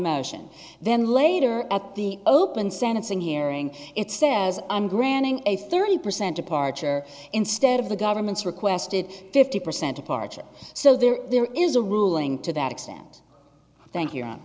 motion then later at the open sentencing hearing it says i'm granting a thirty percent departure instead of the government's requested fifty percent impartial so there there is a ruling to that extent thank